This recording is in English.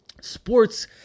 sports